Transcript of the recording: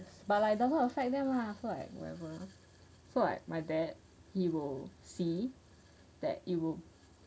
but like doesn't affect them lah so like whatever so like my dad he will see that it would